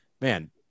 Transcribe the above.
man